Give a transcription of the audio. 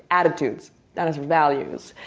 attitudes that values.